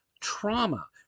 trauma